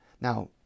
Now